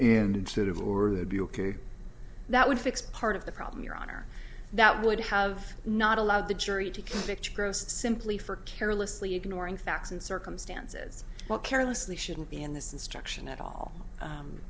ok that would fix part of the problem your honor that would have not allowed the jury to convict gross simply for carelessly ignoring facts and circumstances well carelessly shouldn't be in this instruction at all